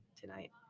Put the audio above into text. tonight